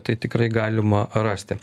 tai tikrai galima rasti